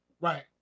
right